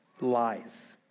lies